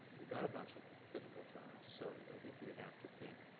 we've got a bunch of clinical trials. so i think you have to think,